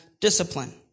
discipline